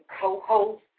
co-host